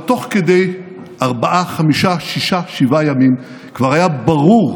אבל בתוך ארבעה-חמישה-שישה-שבעה ימים כבר היה ברור,